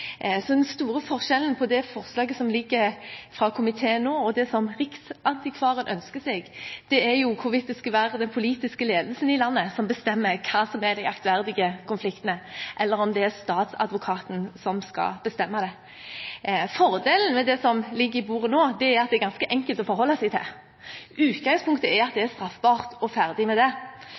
som Riksadvokaten ønsker seg, er hvorvidt det er den politiske ledelsen i landet som skal bestemme hva som er aktverdige konflikter, eller om det er statsadvokaten som skal bestemme det. Fordelen med det som ligger på bordet nå, er at det er ganske enkelt å forholde seg til. Utgangspunktet er at det er straffbart – og ferdig med det.